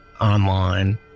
online